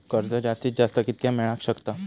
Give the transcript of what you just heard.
कर्ज जास्तीत जास्त कितक्या मेळाक शकता?